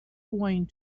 going